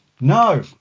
No